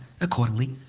Accordingly